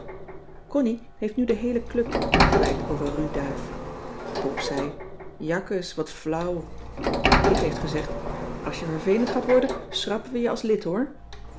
connie heeft nu de heele club ingewijd over ru duyf pop zei jakkes wat flauw en kit heeft gezegd als je vervelend gaat worden schrappen we je als lid hoor